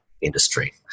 industry